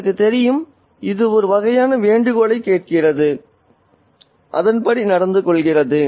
உங்களுக்குத் தெரியும் இது ஒரு வகையான வேண்டுகோளைக் கேட்கிறது அதன்படி நடந்து கொள்கிறது